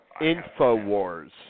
InfoWars